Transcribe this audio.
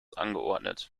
angeordnet